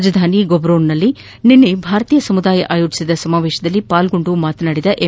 ರಾಜಧಾನಿ ಗಾಬೊರೊನ್ನಲ್ಲಿ ನಿನ್ನೆ ಭಾರತೀಯ ಸಮುದಾಯ ಅಯೋಜಿಸಿದ್ದ ಸಮಾವೇಶದಲ್ಲಿ ಪಾಲ್ಗೊಂಡು ಮಾತನಾಡಿದ ಎಂ